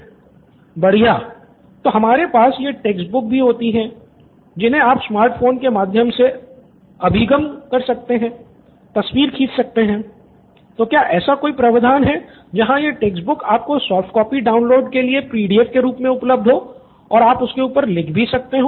student १ बढ़िया तो हमारे पास ये टेक्स्ट बुक्स आपको सॉफ्ट कॉपी डाउनलोड के लिए पीडीएफ के रूप में उपलब्ध हो और आप उसके ऊपर लिख भी सकते हो